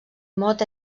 mot